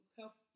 help